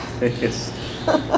Yes